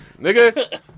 Nigga